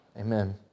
Amen